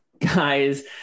guys